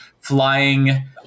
flying